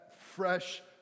fresh